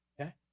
okay